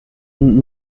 und